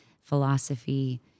philosophy